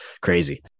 Crazy